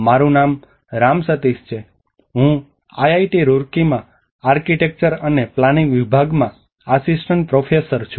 મારું નામ રામ સતીષ છે હું આઇઆઇટી રૂરકીમાં આર્કિટેક્ચર અને પ્લાનિંગ વિભાગમાં આસિસ્ટન્ટ પ્રોફેસર છું